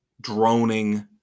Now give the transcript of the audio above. droning